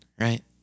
right